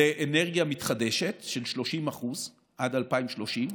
של 30% עד 2030,